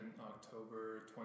October